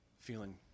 feeling